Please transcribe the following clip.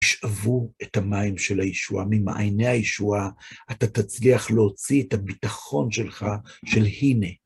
שאבו את המים של הישועה, ממעייני הישועה, אתה תצליח להוציא את הביטחון שלך של הנה.